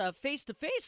face-to-face